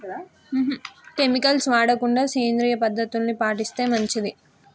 chemicals వాడకుండా సేంద్రియ పద్ధతుల్ని పాటిస్తే మంచిది